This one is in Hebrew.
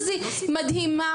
היא מדהימה,